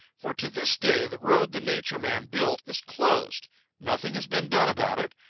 for to this day the road the nature man built is closed nothing has been done about it,